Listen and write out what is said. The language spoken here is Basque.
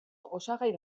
osagai